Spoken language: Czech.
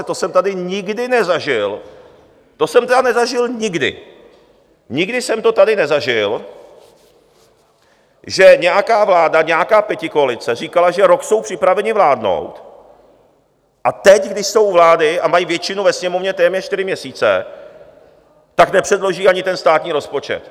To jsem tady nikdy nezažil, to jsem tedy nezažil nikdy, nikdy jsem to tady nezažil, že nějaká vláda, nějaká pětikoalice říkala, že rok jsou připraveni vládnout, a teď, když jsou u vlády a mají většinu ve Sněmovně téměř čtyři měsíce, tak nepředloží ani státní rozpočet.